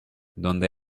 donde